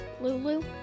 Lulu